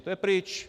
To je pryč.